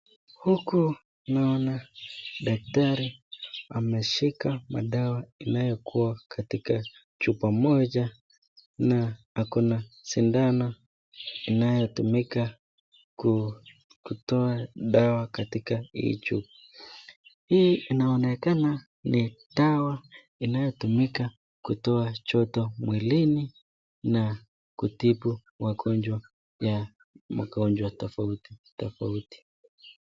Huku ni daktari ameshika madawa imewekwa katika chupa moja na ako na sindano inayotumika kutoa dawa katika hii chupa. Hii inaonekana ni dawa inayotumika kutoa joto mwilini na kutibu magonjwa ya magonjwa tofauti tofauti.